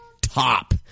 top